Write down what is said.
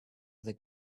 other